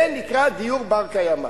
זה נקרא דיור בר-קיימא.